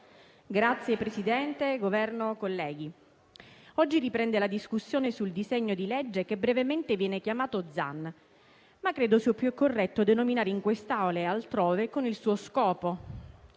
rappresentanti del Governo, colleghi, oggi riprende la discussione sul disegno di legge che brevemente viene chiamato Zan, ma che credo sia più corretto denominare, in questa Aula e altrove, con il suo scopo: